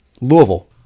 Louisville